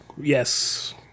Yes